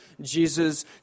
Jesus